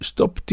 Stop